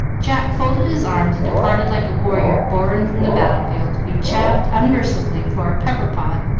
jack folded his arms and departed like a warrior borne from the battle-field, to be chaffed unmercifully for pepper-pot,